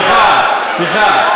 סליחה,